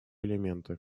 элементы